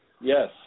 Yes